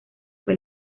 fue